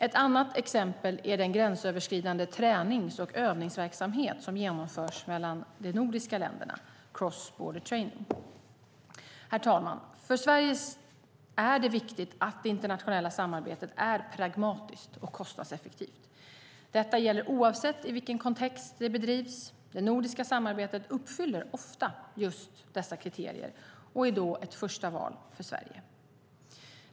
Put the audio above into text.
Ett annat exempel är den gränsöverskridande tränings och övningsverksamhet som genomförs mellan de nordiska länderna, Cross-Border Training . Herr talman! För Sverige är det viktigt att det internationella samarbetet är pragmatiskt och kostnadseffektivt. Detta gäller oavsett i vilken kontext det bedrivs. Det nordiska samarbetet uppfyller ofta just dessa kriterier och är då ett första val för Sverige.